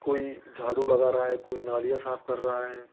कोई झाड़ू लगा रहा है कोई नालियाँ साफ कर रहा है